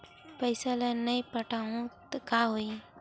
पईसा ल नई पटाहूँ का होही?